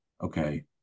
okay